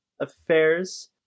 affairs